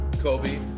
Kobe